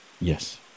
Yes